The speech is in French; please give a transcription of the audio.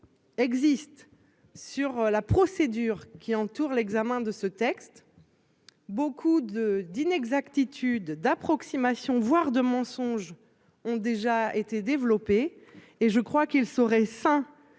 Existe sur la procédure qui entoure l'examen de ce texte. Beaucoup de d'inexactitudes approximations voire de mensonges ont déjà été développés et je crois qu'il serait sain.